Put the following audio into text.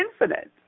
infinite